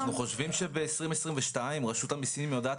אנחנו חושבים שב-2022 רשות המיסים יודעת